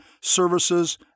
services